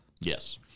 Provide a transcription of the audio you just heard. Yes